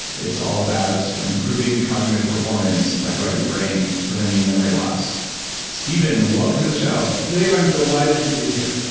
it's all about improving cognitive performance, talking about your brain preventing memory loss steven, welcome to the show dave, i'm delighted to be here